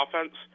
offense